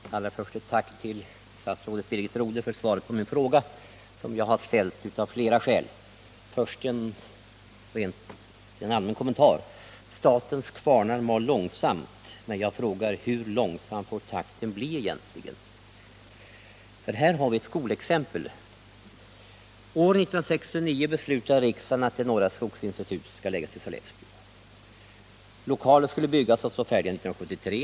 Herr talman! Allra först ber jag att få framföra ett tack till statsrådet Birgit Rodhe för svaret på min fråga, som jag ställt av flera skäl. Jag vill sedan göra en allmän kommentar. Statens kvarnar mal långsamt, och här har vi ett skolexempel på detta. Men jag frågar: Hur långsam får takten egentligen bli? År 1969 beslöt riksdagen att det norra skogsinstitutet skulle förläggas till Nr 42 Sollefteå. Lokaler skulle byggas och stå färdiga 1973.